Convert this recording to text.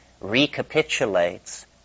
recapitulates